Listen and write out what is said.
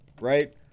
right